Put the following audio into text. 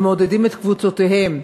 הם מעודדים את קבוצותיהם.